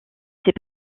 ces